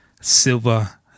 Silva